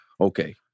Okay